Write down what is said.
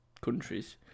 countries